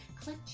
click